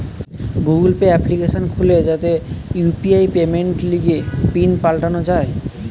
Google Pay application খুলে যাতে UPI পেমেন্টের লিগে পিন পাল্টানো যায়